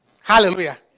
Hallelujah